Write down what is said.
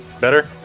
Better